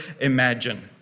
imagine